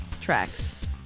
Tracks